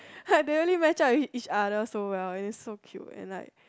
like they are really match up with each other so well it's so cute and I